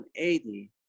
180